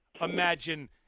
imagine